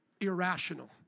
irrational